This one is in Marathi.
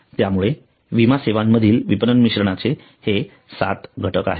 त्यामुळे विमा सेवांमधील विपणन मिश्रणाचे हे 7 घटक आहेत